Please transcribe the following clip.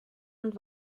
und